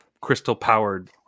crystal-powered